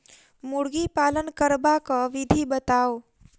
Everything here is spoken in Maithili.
मुर्गी पालन करबाक विधि बताऊ?